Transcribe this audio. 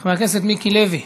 חבר הכנסת מיקי לוי,